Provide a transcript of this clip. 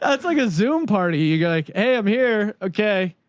ah that's like a zoom party. you go like, hey, i'm here. okay.